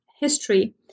history